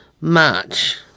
March